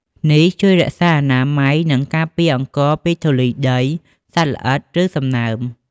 នេះជួយរក្សាអនាម័យ និងការពារអង្ករពីធូលីដី សត្វល្អិត ឬសំណើម។